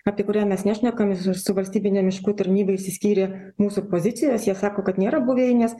apie kurią mes nešnekam su valstybine miškų tarnyba išsiskyrė mūsų pozicijos jie sako kad nėra buveinės